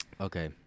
Okay